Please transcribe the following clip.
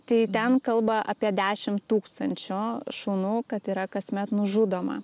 tai ten kalba apie dešim tūkstančių šunų kad yra kasmet nužudoma